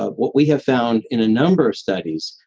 ah what we have found in a number of studies,